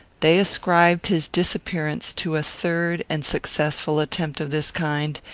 they ascribed his disappearance to a third and successful attempt of this kind,